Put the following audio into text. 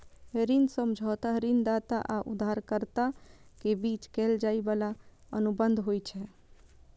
ऋण समझौता ऋणदाता आ उधारकर्ता के बीच कैल जाइ बला अनुबंध होइ छै